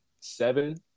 seven